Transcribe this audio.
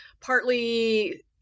partly